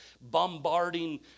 bombarding